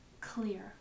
clear